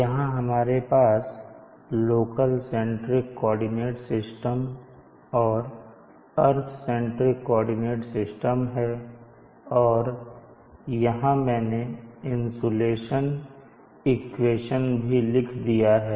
यहां हमारे पास लोकल सेंट्रिक कोऑर्डिनेट सिस्टम और अर्थ सेंट्रिक कोऑर्डिनेट सिस्टम है और यहां मैंने इंसुलेशन इक्वेशन भी लिख दिया है